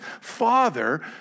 father